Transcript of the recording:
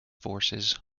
forces